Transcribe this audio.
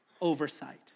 oversight